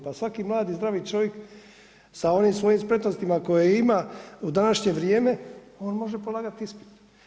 Pa svaki mladi, zdravi čovik sa onim svojim spretnostima koje ima u današnje vrijeme on može polagati ispit.